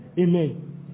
Amen